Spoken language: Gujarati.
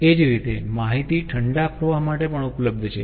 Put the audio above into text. એ જ રીતે માહિતી ઠંડા પ્રવાહ માટે પણ ઉપલબ્ધ છે